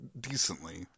decently